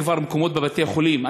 אין כבר מקומות בבתי-חולים.